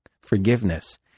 Forgiveness